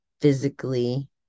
physically